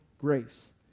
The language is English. grace